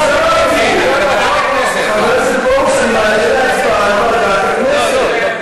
חבר הכנסת פרוש, אני מעלה להצבעה על ועדת הכנסת.